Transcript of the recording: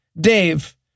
Dave